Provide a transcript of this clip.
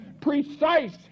precise